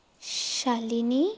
চালিনী